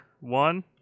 one